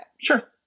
sure